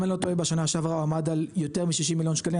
אם אני לא טועה בשנה שעברה הוא עמד על יותר מ- 60 מיליון שקלים,